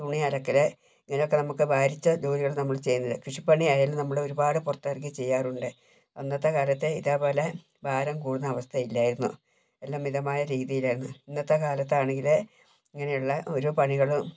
തുണി അലക്കൽ ഇങ്ങനെയൊക്കെ നമുക്ക് ഭാരിച്ച ജോലികൾ നമ്മൾ ചെയ്തത് കൃഷിപ്പണിയായാലും നമ്മൾ ഒരുപാട് പുറത്തിറങ്ങി ചെയ്യാറുണ്ട് അന്നത്തെ കാലത്ത് ഇതേപോലെ ഭാരം കൂടുന്ന അവസ്ഥ ഇല്ലായിരുന്നു എല്ലാം മിതമായ രീതിയിലായിരുന്നു ഇന്നത്തെ കാലത്താണെങ്കിൽ ഇങ്ങനെയുള്ള ഒരു പണികളും